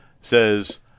says